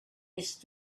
next